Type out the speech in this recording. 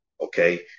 Okay